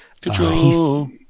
Control